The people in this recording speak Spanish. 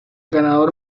ganador